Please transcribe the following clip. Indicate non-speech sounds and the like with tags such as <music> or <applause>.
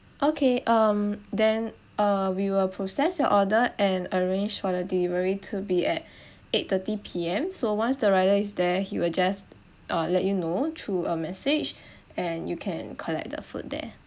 okay um then uh we will process your order and arrange for the delivery to be at <breath> eight thirty P_M so once the rider is there he will just uh let you know through a message <breath> and you can collect the food there